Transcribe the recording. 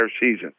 season